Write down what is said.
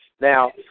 Now